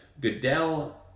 Goodell